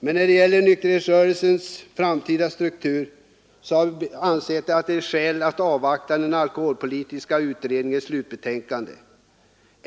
Men när det gäller nykterhetsrörelsens framtida struktur finns det skäl att avvakta den alkoholpolitiska utredningens slutbetänkande.